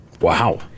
Wow